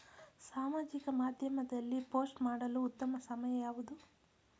ಸಾಮಾಜಿಕ ಮಾಧ್ಯಮದಲ್ಲಿ ಪೋಸ್ಟ್ ಮಾಡಲು ಉತ್ತಮ ಸಮಯ ಯಾವುದು?